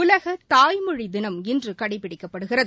உலக தாய்மொழி தினம் இன்று கடைப்பிடிக்கபடுகிறது